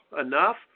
enough